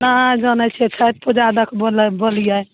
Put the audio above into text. नहि अहाँ जनै छी छठि पूजा देखबो लए बोलियै